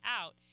out